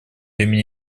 имени